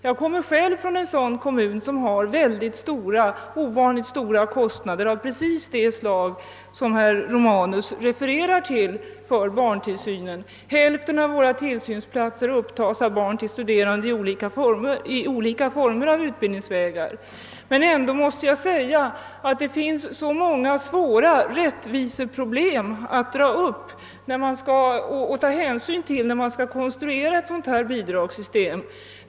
Jag kommer själv från en kommun som har ovanligt stora kostnader för barntillsyn av precis det slag som herr Romanus refererade till; hälften av våra tillsynsplatser upptas av barn till studerande av olika slag. Men ändå måste jag säga att det finns många svåra rättviseproblem att ta hänsyn till när man skall konstruera ett sådant här bidragssystem.